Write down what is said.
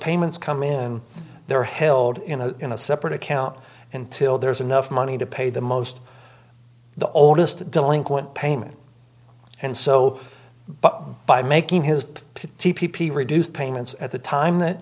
payments come in they're held in a separate account until there's enough money to pay the most the oldest delinquent payment and so but by making his tepee reduced payments at the time that